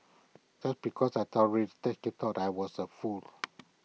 just because I tolerated he thought I was A fool